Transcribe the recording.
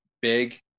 big